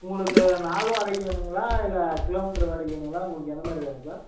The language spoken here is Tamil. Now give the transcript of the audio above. உங்களுக்கு நாள் வாடகைக்கு வேணும்ங்களா இல்லை கிலோமீட்ரு வாடகைக்கு வேணும்ங்களா உங்களுக்கு எந்தமாதிரி வேணும் சார்